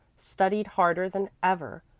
studied harder than ever,